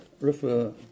refer